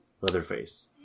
Leatherface